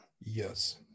Yes